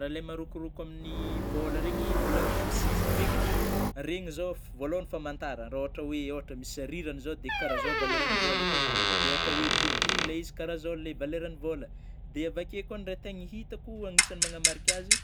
Raha ilay marokoroko amin'ny vôla regny, vola amin'ny sisiny regny, regny zao f-vôalôhany famantarana raha ôhatry oe, ohatra misy rirany zao de kara zao valera ny vôla toy ,de ôhatra oe boribory ilay izy ka raha zao le valeran'ny vôla, dia avy akeo koa, raha tena hitako anisan'ny manamarika azy